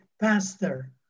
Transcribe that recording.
pastor